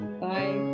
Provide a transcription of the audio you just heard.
Bye